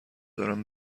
دارم